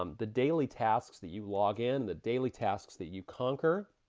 um the daily tasks that you log in, the daily tasks that you conquer,